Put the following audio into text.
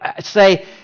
say